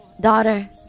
daughter